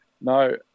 No